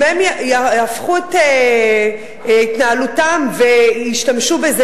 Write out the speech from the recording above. אם הם יהפכו את התנהלותם וישתמשו בזה